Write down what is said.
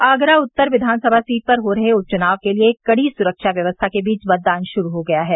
आगरा उत्तर विधानसभा सीट पर हो रहे उप चुनाव के लिए आज कड़ी सुरक्षा व्यवस्था के बीच मतदान शुरू हो गया है